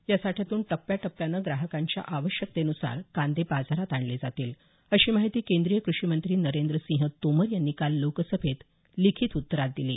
या साठ्यातून टप्प्याटप्यानं ग्राहकांच्या आवश्यकतेनुसार कांदे बाजारात आणले जातील अशी माहिती केंद्रीय क्रषिमंत्री नरेंद्रसिंह तोमर यांनी काल लोकसभेत लिखीत उत्तरात दिली